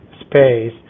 space